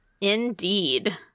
Indeed